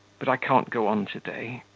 but i can't go on to-day.